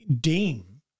deem